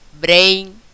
brain